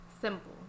Simple